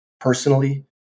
personally